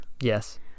Yes